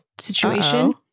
situation